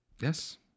Yes